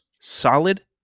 solid